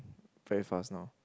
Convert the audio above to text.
very fast now